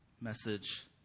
message